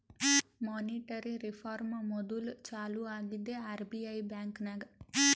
monetary reform module ಚಾಲೂ ಆಗಿದ್ದೆ RBI ಬ್ಯಾಂಕ್ನಾಗ್